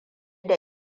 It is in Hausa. da